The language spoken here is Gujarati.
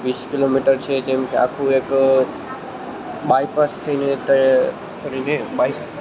વીસ કિલોમીટર છે જેમકે આખું એક બાયપાસ થઈને એટલે ફરીને બાય